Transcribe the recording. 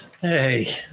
Hey